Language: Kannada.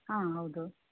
ಹಾಂ ಹೌದು